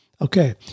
Okay